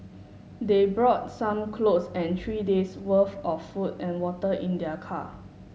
they brought some clothes and three days' worth of food and water in their car